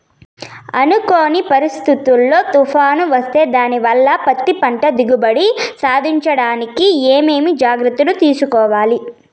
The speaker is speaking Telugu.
అనుకోని పరిస్థితుల్లో తుఫాను వస్తే దానివల్ల పత్తి పంట దిగుబడి సాధించడానికి ఏమేమి జాగ్రత్తలు తీసుకోవాలి?